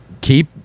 Keep